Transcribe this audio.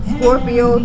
Scorpio